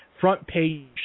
front-page